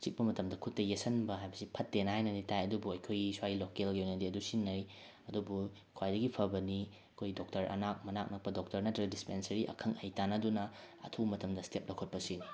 ꯆꯤꯛꯄ ꯃꯇꯝꯗ ꯈꯨꯠꯇ ꯌꯦꯠꯁꯤꯟꯕ ꯍꯥꯏꯕꯁꯤ ꯐꯠꯇꯦꯅ ꯍꯥꯏꯅꯗꯤ ꯇꯥꯏ ꯑꯗꯨꯕꯨ ꯑꯩꯈꯣꯏꯒꯤ ꯁꯥꯏ ꯂꯣꯀꯦꯜꯒꯤ ꯑꯣꯏꯅꯗꯤ ꯑꯗꯨ ꯁꯤꯖꯤꯟꯅꯩ ꯑꯗꯨꯕꯨ ꯈ꯭ꯋꯥꯏꯗꯒꯤ ꯐꯕꯅꯤ ꯑꯩꯈꯣꯏ ꯗꯣꯛꯇꯔ ꯃꯅꯥꯛ ꯅꯛꯄ ꯗꯣꯛꯇꯔ ꯅꯠꯇ꯭ꯔꯒ ꯗꯤꯁꯄꯦꯟꯁꯔꯤ ꯑꯈꯪ ꯑꯍꯩ ꯇꯥꯟꯅꯗꯨꯅ ꯑꯊꯨꯕ ꯃꯇꯝꯗ ꯁ꯭ꯇꯦꯞ ꯂꯧꯈꯠꯄꯁꯤꯅꯤ